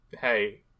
hey